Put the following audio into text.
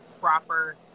proper